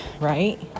right